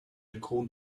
caught